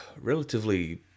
relatively